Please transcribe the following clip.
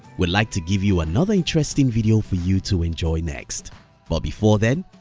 we'll like to give you another interesting video for you to enjoy next but before then,